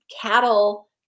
cattle